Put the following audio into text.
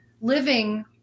living